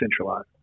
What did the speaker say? centralized